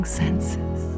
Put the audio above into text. senses